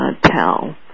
tell